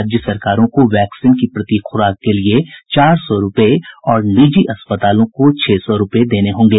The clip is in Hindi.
राज्य सरकारों को वैक्सीन की प्रति खुराक के लिए चार सौ रूपये और निजी अस्पतालों को छह सौ रूपये देने होंगे